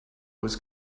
was